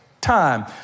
time